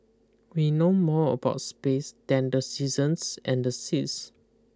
we know more about space than the seasons and the seas